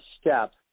step